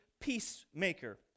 peacemaker